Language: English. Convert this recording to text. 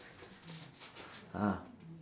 ah